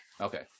Okay